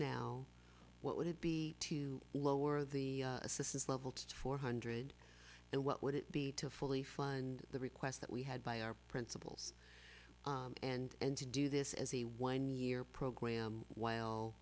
now what would it be to lower the assistance level to four hundred and what would it be to fully fund the requests that we had by our principles and to do this as a one year program while